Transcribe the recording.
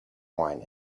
wine